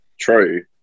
true